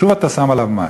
שוב אתה שם עליו מס,